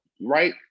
Right